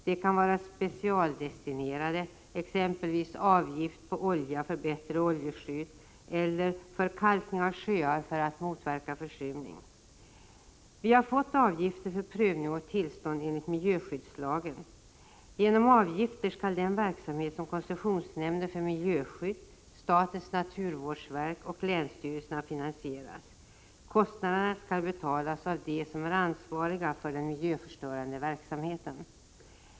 De kan vara specialdestinerade, exempelvis avgift på olja för bättre oljeskydd eller för kalkning av sjöar för att motverka försurning. Vi har fått avgifter för prövning och tillstånd enligt miljöskyddslagen. Genom avgifter skall den verksamhet som koncessionsnämnden för miljöskydd, statens naturvårdsverk och länsstyrelserna bedriver finansieras. Kostnaderna skall betalas av dem som är ansvariga för den miljöstörande verksamheten.